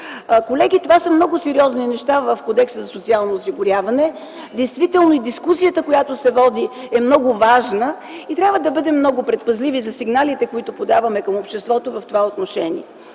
Колеги, това са много сериозни неща в Кодекса за социално осигуряване, действително и дискусията, която се води е много важна. Трябва да бъдем много предпазливи за сигналите, които подаваме към обществото в това отношение.